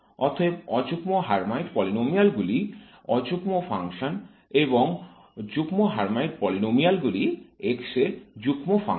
অতএব অযুগ্ম হার্মাইট পলিনোমিয়ালগুলি অযুগ্ম ফাংশন এবং যুগ্ম হার্মাইট পলিনোমিয়ালগুলি x এর যুগ্ম ফাংশন